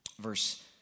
verse